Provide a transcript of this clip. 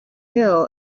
hill